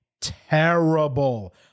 terrible